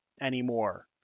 anymore